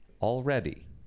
already